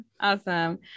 Awesome